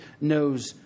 knows